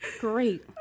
great